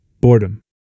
boredom